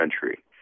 country